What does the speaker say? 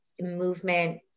movement